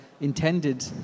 intended